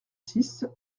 six